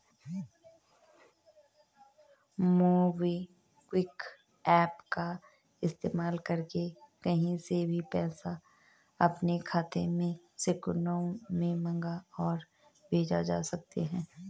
MobiKwik app का इस्तेमाल करके कहीं से भी पैसा अपने खाते में सेकंडों में मंगा और भेज सकते हैं